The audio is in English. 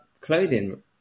clothing